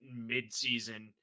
midseason